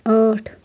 ٲٹھ